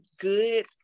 good